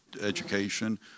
education